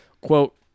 quote